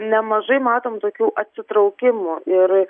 nemažai matom tokių atsitraukimų ir